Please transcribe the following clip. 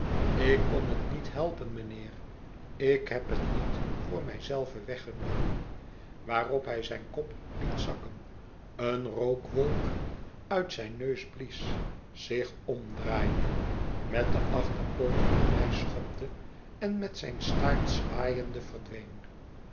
ik kon het niet helpen mijnheer ik heb het niet voor mij zelven weggenomen waarop bij zijn kop liet zakken een rookwolk uit zijn neus blies zich omdraaide met de achterpooten naar mij schopte en met zijn staart zwaaiende verdween